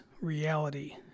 reality